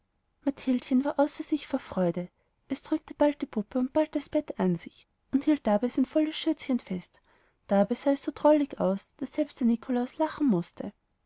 war außer sich vor freude es drückte bald die puppe und bald das bett an sich und hielt dabei sein volles schürzchen fest dabei sah es so drollig aus daß selbst der nikolaus lachen mußte